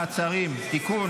מעצרים) (תיקון,